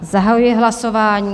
Zahajuji hlasování.